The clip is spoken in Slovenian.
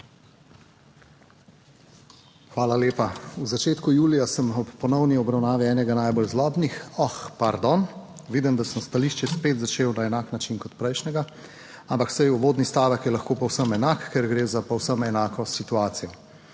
Hvala lepa. V začetku julija sem ob ponovni obravnavi enega najbolj zlobnih – oh, pardon, vidim, da sem stališče spet začel na enak način kot prejšnjega, ampak saj uvodni stavek je lahko povsem enak, ker gre za povsem enako situacijo.